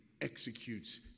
executes